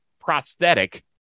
prosthetic